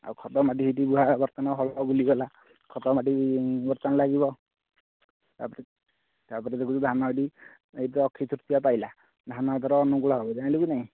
ଆଉ ଖତ ମାଟି ଏଠି ବୁହା ବର୍ତ୍ତମାନ ହଳ ବୁଲିଗଲା ଖତ ମାଟି ବର୍ତ୍ତମାନ ଲାଗିବ ତା'ପରେ ତା'ପରେ ଦେଖୁଛୁ ଧାନ ଏଠି ଏଇ ଅକ୍ଷୟତୃତୀୟା ପାଇଲା ଧାନ ଏଥର ଅନୁକୂଳ ହେବ ଜାଣିଲୁ କି ନାହିଁ